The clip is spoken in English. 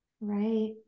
Right